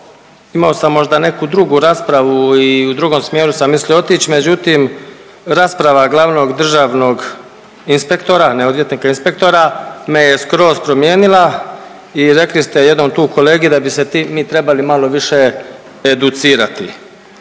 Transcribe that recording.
imamo sam možda neku drugu raspravu i u drugom smjeru sam mislio otići, međutim rasprava glavnog državnog inspektora, ne odvjetnika, inspektora me je skroz promijenila i rekli ste jednom tu kolegi da bi se mi trebali malo više educirati.